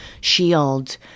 shield